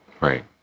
Right